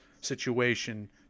situation